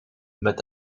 met